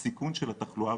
הסיכון של התחלואה